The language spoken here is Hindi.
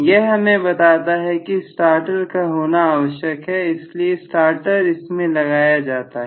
यह हमें बताता है कि स्टार्टर का होना आवश्यक है इसलिए स्टार्टर इसमें लगाया जाता है